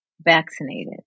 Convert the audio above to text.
vaccinated